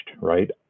right